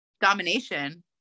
domination